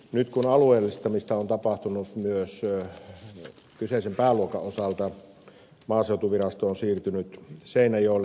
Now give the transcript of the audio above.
nyt kun alueellistamista on tapahtunut myös kyseisen pääluokan osalta maaseutuvirasto on siirtynyt seinäjoelle mistä ilmeisesti ed